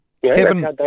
Kevin